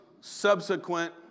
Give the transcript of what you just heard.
subsequent